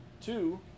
two